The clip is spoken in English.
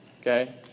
Okay